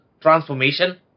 transformation